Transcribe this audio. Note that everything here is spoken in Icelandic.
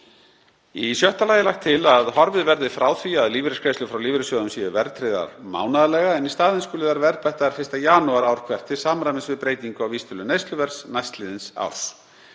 Í sjötta lagi er lagt til að horfið verði frá því að lífeyrisgreiðslur frá lífeyrissjóðum séu verðtryggðar mánaðarlega en í staðinn skuli þær verðbættar 1. janúar ár hvert til samræmis við breytingu á vísitölu neysluverðs næstliðins árs.